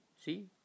See